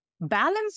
balance